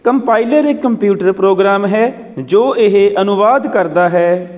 compiler ਇੱਕ computer program ਹੈ ਜੋ ਇਹ ਅਨੁਵਾਦ ਕਰਦਾ ਹੈ